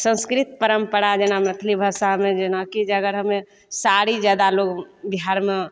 संस्कृत परम्परा जेना मैथली भाषामे जेनाकि जे अगर हमे साड़ी जादा लोग बिहारमे